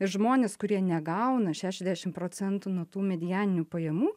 ir žmonės kurie negauna šešiasdešim procentų nuo tų medianinių pajamų